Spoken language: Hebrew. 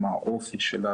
עם האופי שלה,